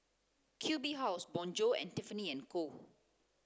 Q B House Bonjour and Tiffany and Co